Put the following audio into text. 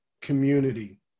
community